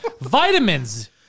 Vitamins